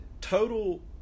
total